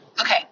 Okay